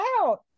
out